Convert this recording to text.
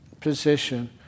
position